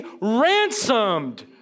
ransomed